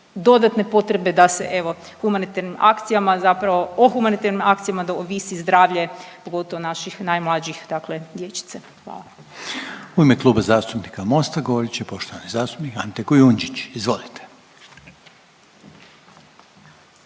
dodatne potrebe da se evo, humanitarnim akcija zapravo, o humanitarnim akcija da ovisi zdravlje, pogotovo naših najmlađih, dakle dječice. Hvala. **Reiner, Željko (HDZ)** U ime Kluba zastupnika Mosta, govorit će poštovani zastupnik Ante Kujundžić. Izvolite.